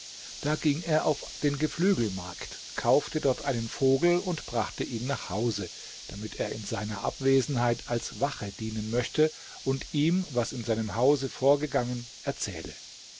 da ging er auf den geflügelmarkt kaufte dort einen vogel und brachte ihn nach hause damit er in seiner abwesenheit als wache dienen möchte und ihm was in seinem hause vorgegangen erzähle